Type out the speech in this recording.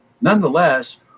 nonetheless